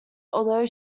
although